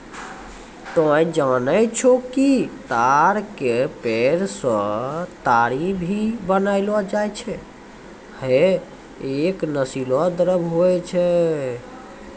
तोहं जानै छौ कि ताड़ के पेड़ सॅ ताड़ी भी बनैलो जाय छै, है एक नशीला द्रव्य होय छै